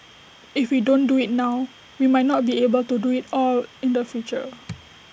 if we don't do IT now we might not be able do IT at all in the future